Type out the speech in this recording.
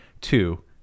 Two